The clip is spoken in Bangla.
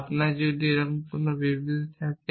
আপনার যদি এমন কোনো বিবৃতি থাকে